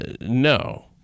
No